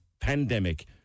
pandemic